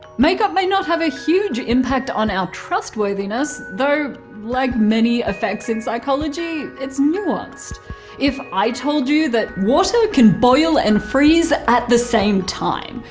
makeup may not have a huge impact on our trustworthiness, though like many effects in psychology it's nuanced if it told you that water can boil and freeze at the same time,